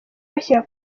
bashyira